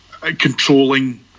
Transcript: controlling